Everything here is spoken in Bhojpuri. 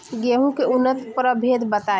गेंहू के उन्नत प्रभेद बताई?